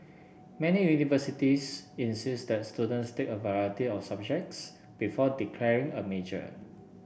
many universities insist that students take a variety of subjects before declaring a major